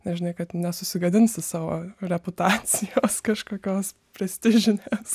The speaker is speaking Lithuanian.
nes žinai kad nesusigadinsi savo reputacijos kažkokios prestižinės